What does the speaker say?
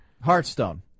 Hearthstone